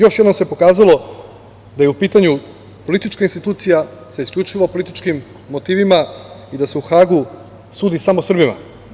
Još jednom se pokazalo da je u pitanju politička institucija sa isključivo političkim motivima da se u Hagu sudi samo Srbima.